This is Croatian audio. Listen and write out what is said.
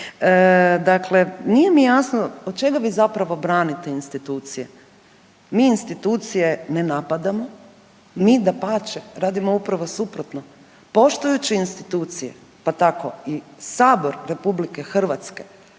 Dakle, nije mi jasno od čega vi zapravo branite institucije. Mi institucije ne napadamo, mi dapače radimo upravo suprotno, poštujući institucije pa tako i sabor RH preko